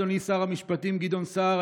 אדוני שר המשפטים גדעון סער,